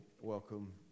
welcome